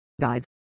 guides